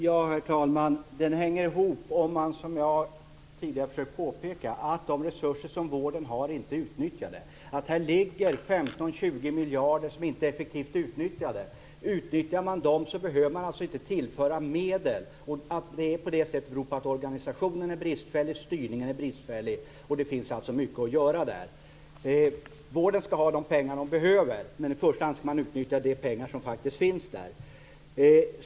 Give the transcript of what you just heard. Herr talman! Den hänger ihop. Jag har tidigare försökt påpeka att de resurser som vården har inte är utnyttjade. Här ligger 15-20 miljarder som inte är effektivt utnyttjade. Om man utnyttjar dem behöver man alltså inte tillföra medel. Att det är på det sättet beror på att organisationen och styrningen är bristfällig. Det finns alltså mycket att göra där. Vården skall ha de pengar den behöver. Men i första hand skall man utnyttja de pengar som faktiskt finns där.